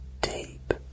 deep